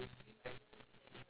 okay true true true